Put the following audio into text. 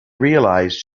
realized